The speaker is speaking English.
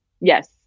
Yes